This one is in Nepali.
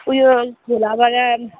उयो खोलाबाट